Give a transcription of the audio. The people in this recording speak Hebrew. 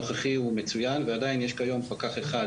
התגבור הנוכחי הוא מצוין ועדיין יש כיום פקח אחד,